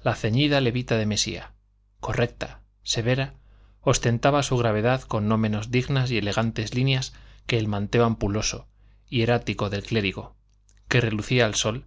la ceñida levita de mesía correcta severa ostentaba su gravedad con no menos dignas y elegantes líneas que el manteo ampuloso hierático del clérigo que relucía al sol